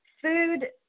Food